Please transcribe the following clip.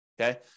okay